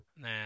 Nah